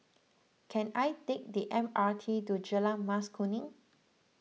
can I take the M R T to Jalan Mas Kuning